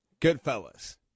Goodfellas